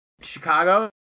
Chicago